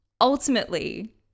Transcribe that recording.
ultimately